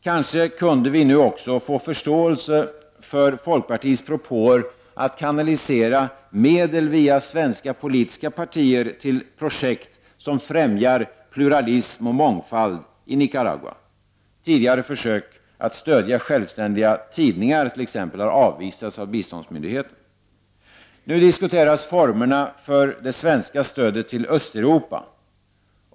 Kanske kunde vi nu också få förståelse för folkpartiets propåer att kanalisera medel via svenska politiska partier till projekt som främjar pluralism och mångfald i Nicaragua. Tidigare försök att stödja självständiga tidningar har avvisats av biståndsmyndigheten. Nu diskuteras formerna för det svenska stödet till Östeuropa.